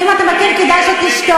ואם אתה מכיר, כדאי שתשתוק.